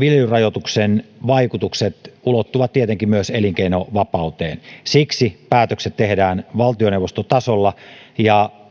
viljelyrajoituksen vaikutukset ulottuvat tietenkin myös elinkeinovapauteen siksi päätökset tehdään valtioneuvostotasolla ja